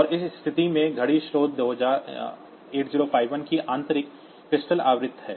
और उस स्थिति में घड़ी स्रोत 8051 की आंतरिक क्रिस्टल आवृत्ति है